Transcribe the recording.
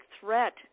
threat